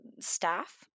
staff